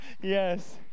Yes